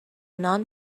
non